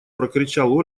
прокричал